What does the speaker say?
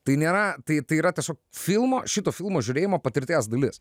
tai nėra tai tai yra tiesiog filmo šito filmo žiūrėjimo patirties dalis